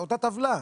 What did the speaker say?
אבל אותה טבלה.